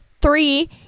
three